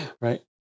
Right